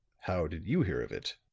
how did you hear of it?